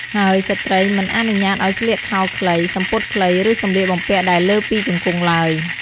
ហើយស្រ្តីមិនអនុញ្ញាតឲ្យស្លៀកខោខ្លី សំពត់ខ្លី ឬសម្លៀកបំពាក់ដែលលើពីជង្គង់ឡើយ។